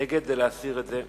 נגד זה להסיר את הנושא מסדר-היום.